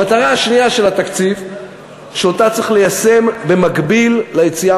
המטרה השנייה של התקציב שצריך ליישם במקביל ליציאה